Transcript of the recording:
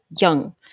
Young